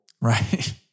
right